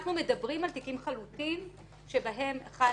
אנחנו מדברים על תיקים חלוטים שבהם חל